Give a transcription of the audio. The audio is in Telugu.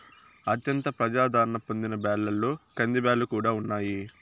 అత్యంత ప్రజాధారణ పొందిన బ్యాళ్ళలో కందిబ్యాల్లు కూడా ఉన్నాయి